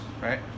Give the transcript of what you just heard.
right